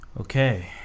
Okay